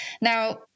Now